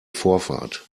vorfahrt